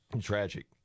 tragic